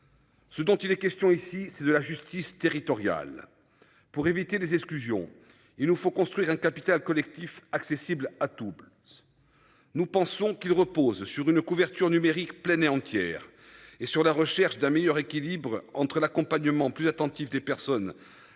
Ce dont il est question ici, c'est de la justice territoriale pour éviter les exclusions. Il nous faut construire un capital collectif accessible à Toulouse. Nous pensons qu'il repose sur une couverture numérique pleine et entière et sur la recherche d'un meilleur équilibre entre l'accompagnement plus attentif des personnes à l'accès